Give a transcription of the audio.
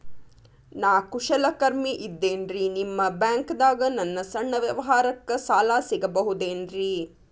ನಾ ಕುಶಲಕರ್ಮಿ ಇದ್ದೇನ್ರಿ ನಿಮ್ಮ ಬ್ಯಾಂಕ್ ದಾಗ ನನ್ನ ಸಣ್ಣ ವ್ಯವಹಾರಕ್ಕ ಸಾಲ ಸಿಗಬಹುದೇನ್ರಿ?